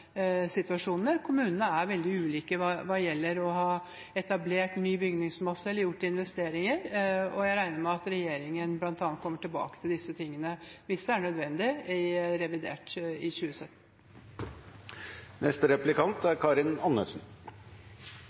situasjonene. Kommunene er veldig ulike hva gjelder å ha etablert ny bygningsmasse eller gjort investeringer, og jeg regner med at regjeringen bl.a. kommer tilbake til disse tingene hvis det er nødvendig i revidert i 2017.